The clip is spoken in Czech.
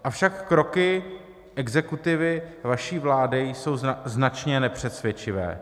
Avšak kroky exekutivy vaší vlády jsou značně nepřesvědčivé.